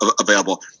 available